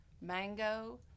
mango